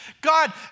God